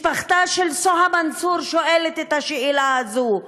משפחתה של סוהא מנסור שואלת את השאלה הזאת,